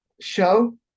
show